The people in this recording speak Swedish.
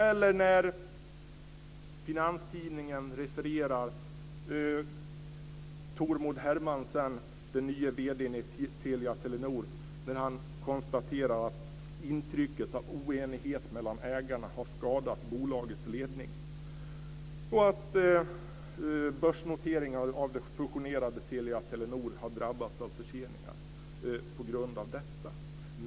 Eller har Finanstidningen fel när tidningen refererar till Tormod Hermansen, den nye vd:n i Telia-Telenor, när han konstaterar att intrycket av oenighet mellan ägarna har skadat bolagets ledning, och att börsnoteringen av det fusionerade Telia-Telenor har drabbats av förseningar på grund av detta?